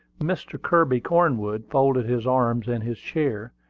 mr. kirby cornwood folded his arms in his chair,